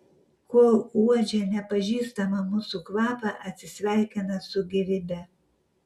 kol uodžia nepažįstamą mūsų kvapą atsisveikina su gyvybe